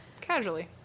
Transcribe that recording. Casually